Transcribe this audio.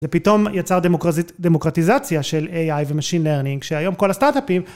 זה פתאום יצר דמוקרטיזציה של AI ו-Machine Learning שהיום כל הסטאטאפים.